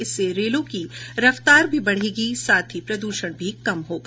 इससे रेलों की गति भी बढ़ेगी साथ ही प्रदूषण भी कम होगा